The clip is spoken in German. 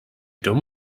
dumm